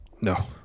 No